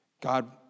God